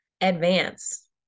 Advance